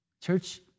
Church